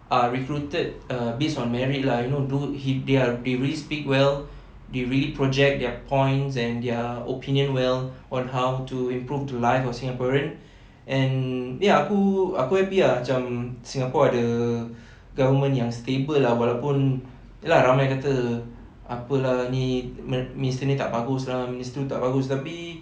are recruited uh based on merit lah you know though he they are they really speak well they really project their points and their opinions well on how to improve the life of singaporean and ya aku aku happy ah macam singapore ada government yang stable ah walaupun ye lah ramai kata apa lah ni minister ni tak bagus lah minister tu tak bagus tapi